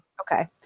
Okay